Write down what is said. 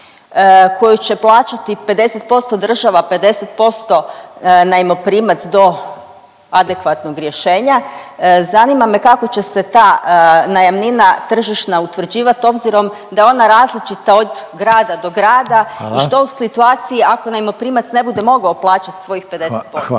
koju će plaćati 50% država, 50% najmoprimac do adekvatnog rješenja, zanima me kako će se ta najamnina tržišna utvrđivat obzirom da je ona različita od grada do grada …/Upadica Reiner: Hvala./… i što u situaciji ako najmoprimac ne bude mogao plaćat svojih 50%.